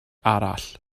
arall